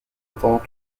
attendant